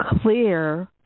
clear